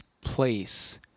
place